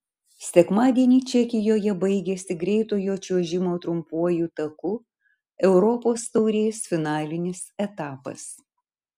sekmadienį čekijoje baigėsi greitojo čiuožimo trumpuoju taku europos taurės finalinis etapas